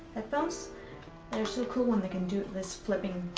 headphones. they're so cool when they can do this flipping,